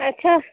ଆଚ୍ଛା